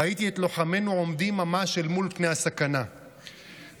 ראיתי את לוחמינו עומדים ממש אל מול פני הסכנה בנחישות,